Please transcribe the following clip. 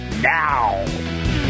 now